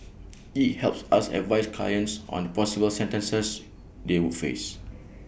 IT helps us advise clients on the possible sentences they would face